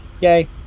yay